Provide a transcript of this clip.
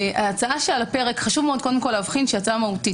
ההצעה שעל הפרק היא ההצעה מהותית.